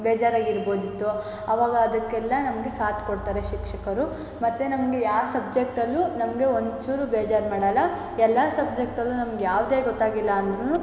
ಬೇಜಾರಾಗಿರ್ಬೋದಿತ್ತು ಅವಾಗ ಅದಕ್ಕೆಲ್ಲ ನಮಗೆ ಸಾತ್ ಕೊಡ್ತಾರೆ ಶಿಕ್ಷಕರು ಮತ್ತು ನಮಗೆ ಯಾವ ಸಬ್ಜೆಕ್ಟಲ್ಲು ನಮಗೆ ಒಂಚೂರು ಬೇಜಾರು ಮಾಡೋಲ್ಲ ಎಲ್ಲ ಸಬ್ಜೆಕ್ಟಲ್ಲು ನಮ್ಗೆ ಯಾವುದೇ ಗೊತ್ತಾಗಿಲ್ಲ ಅಂದ್ರೂ